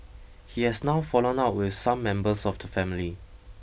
he has now fallen out with some members of the family